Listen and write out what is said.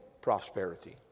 prosperity